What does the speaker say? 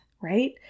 right